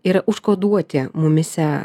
yra užkoduoti mumyse